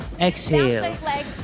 Exhale